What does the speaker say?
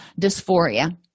dysphoria